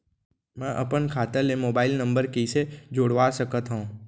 मैं अपन खाता ले मोबाइल नम्बर कइसे जोड़वा सकत हव?